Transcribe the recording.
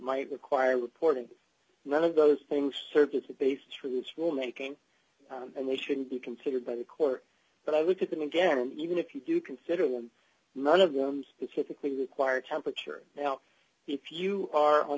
might require reporting none of those things services based through this rule making and they should be considered by the court but i looked at them again and even if you do consider them none of them specifically require temperature now if you are on